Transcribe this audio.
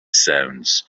sounds